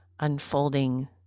unfolding